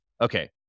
okay